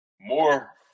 more